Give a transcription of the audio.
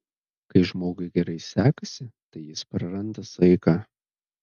kai žmogui gerai sekasi tai jis praranda saiką